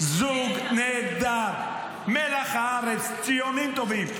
זוג נהדר, מלח הארץ, ציונים טובים.